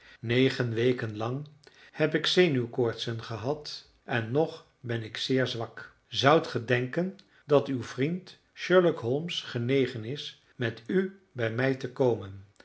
negen weken lang heb ik zenuwkoortsen gehad en nog ben ik zeer zwak zoudt ge denken dat uw vriend sherlock holmes genegen is met u bij mij te komen